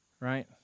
right